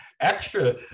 extra